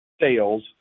sales